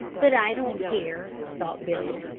but i don't care, thought billy,